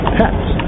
pets